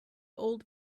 old